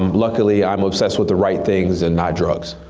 um luckily, i'm obsessed with the right things and not drugs.